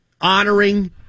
honoring